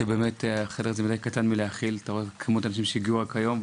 שבאמת החדר הזה אולי קטן מלהכיל את כמות האנשים שהגיעו היום.